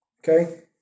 Okay